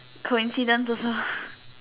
coincidence also